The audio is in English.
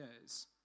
years